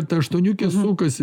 ta aštuoniukė sukasi